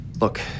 look